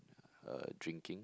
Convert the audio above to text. uh drinking